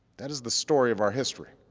that is the story of our history,